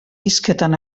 hizketan